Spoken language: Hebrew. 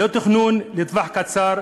ללא תכנון לטווח הקצר,